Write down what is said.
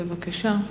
בבקשה.